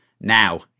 Now